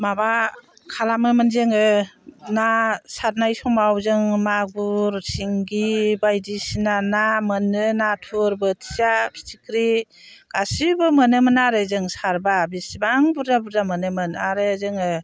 माबा खालामोमोन जोङो ना सारनाय समाव जोङो मागुर सिंगि बायदिसिना ना मोनो नाथुर बोथिया फिथिख्रि गासिबो मोनोमोन आरो जों सारबा बिसिबां बुरजा बुरजा मोनोमोन आरो जोङो